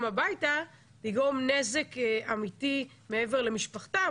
הביתה תגרום נזק אמיתי מעבר למשפחתם,